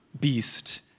beast